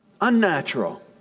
Unnatural